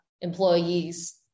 employee's